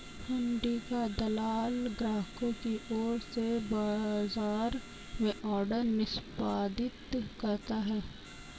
हुंडी का दलाल ग्राहकों की ओर से बाजार में ऑर्डर निष्पादित करता है